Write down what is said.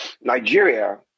nigeria